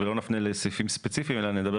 לא נפנה לסעיפים ספציפיים אלא נדבר